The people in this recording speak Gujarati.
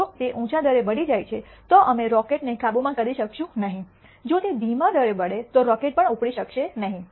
જો તે ઊંચા દરે બળી જાય છે તો અમે રોકેટને કાબૂમાં કરી શકીશું નહીં જો તે ધીમા દરે બળે તો રોકેટ પણ ઉપડી શકશે નહીં